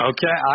Okay